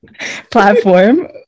platform